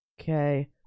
okay